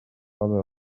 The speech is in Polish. słabe